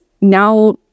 now